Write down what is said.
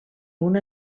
una